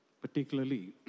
particularly